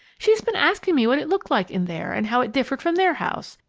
she's been asking me what it looked like in there and how it differed from their house.